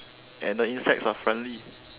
and the insects are friendly